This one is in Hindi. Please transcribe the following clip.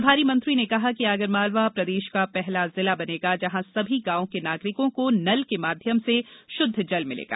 प्रभारी मंत्री ने कहा कि आगरमालवा प्रदेश का पहला जिला बनेगा जहां सभी गांवों के नागरिकों को नल के माध्यम से शुद्ध जल मिलेगा